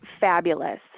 fabulous